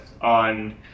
on